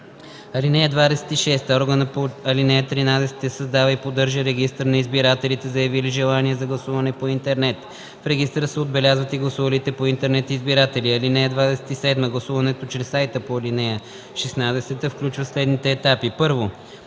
ал. 22. (26) Органът по ал. 13 създава и поддържа регистър на избирателите, заявили желание за гласуване по интернет. В регистъра се отбелязват и гласувалите по интернет избиратели. (27) Гласуването чрез сайта по ал. 16 включва следните етапи: